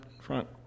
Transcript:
front